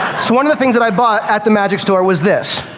so one of the things that i bought at the magic store was this,